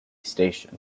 station